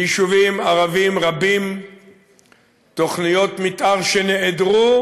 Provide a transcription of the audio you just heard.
ביישובים ערביים רבים תוכניות מתאר שנעדרו,